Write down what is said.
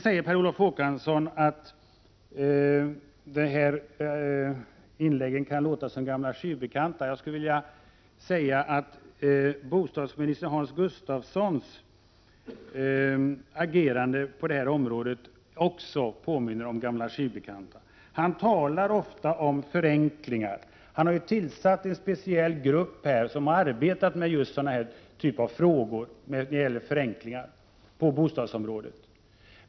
Per Olof Håkansson säger att inläggen här låter som gamla skivbekanta. Jag vill påstå att bostadsminister Hans Gustafssons agerande på detta område också påminner om gamla skivbekanta. Han talar ofta om förenklingar, och han har tillsatt en speciell grupp som har arbetat med just sådana frågor på bostadsområdet.